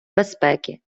безпеки